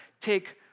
take